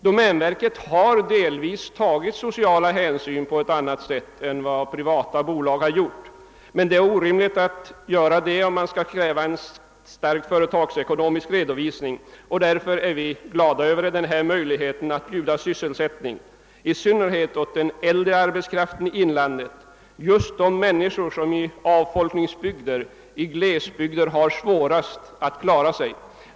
Domänverket har delvis tagit sociala hänsyn på ett annat sätt än vad privata bolag har gjort. Men det är orimligt att kräva att domänverket skall göra det, om man samtidigt kräver en strikt företagsekonomisk inriktning. Därför är vi glada över denna möjlighet att erbjuda sysselsättning i synnerhet åt den äldre arbetskraften i inlandet — just de människor i avfolkningsbygder, i glesbygder, som har svårast att klara sig.